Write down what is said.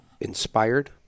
inspired